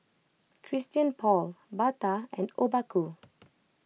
Christian Paul Bata and Obaku